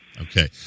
Okay